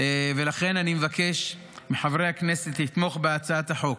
ולכן אני מבקש מחברי הכנסת לתמוך בהצעת החוק.